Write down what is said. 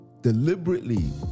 deliberately